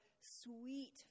sweet